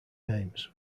names